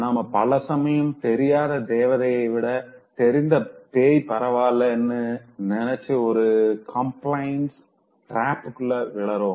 நாம பலசமயம் தெரியாத தேவதையை விட தெரிந்த பேய் பரவாயில்லனு நெனச்சு இந்த கம்பிளையன்ட்ஸ் டிராப்குள்ள விழறோம்